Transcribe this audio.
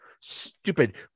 Stupid